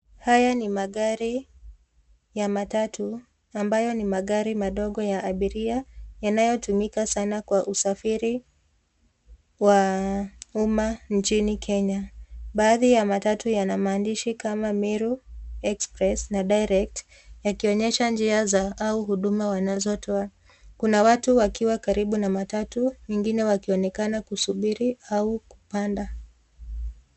Haya ni magari ya matatu ambayo ni magari madogo ya abiria yanayotumika sana kwa usafiri wa umma nchini Kenya. Baadhi ya matatu yana maandishi kama Meru Express na Direct yakionyesha njia za au huduma wanazotoa. Kuna watu wakiwa karibu na matatu wengine wakionekana kusubiri au kupanda.